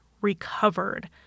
recovered